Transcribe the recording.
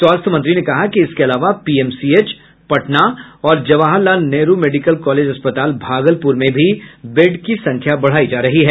स्वास्थ्य मंत्री ने कहा कि इसके अलावा पीएमसीएच पटना और जवाहर लाल नेहरु मेडिकल कॉलेज अस्पताल भागलपुर में भी वेड की संख्या बढ़ायी जा रही है